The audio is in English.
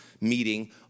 meeting